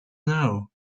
now